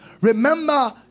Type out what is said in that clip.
Remember